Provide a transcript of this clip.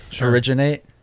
originate